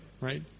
right